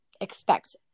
expect